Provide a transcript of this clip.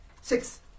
Six